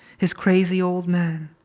his crazy old man.